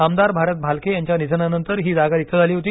आमदार भारत भालके यांच्या निधनानंतर ही जागा रिक्त झाली होती